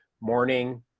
morning